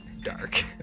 dark